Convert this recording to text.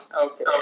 okay